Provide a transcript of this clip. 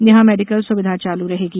यहां मेडिकल सुविधा चालू रहेगी